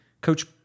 Coach